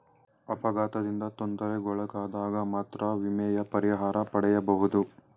ಅಪಘಾತದಿಂದ ತೊಂದರೆಗೊಳಗಾದಗ ಮಾತ್ರ ವಿಮೆಯ ಪರಿಹಾರ ಪಡೆಯಬಹುದು